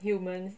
humans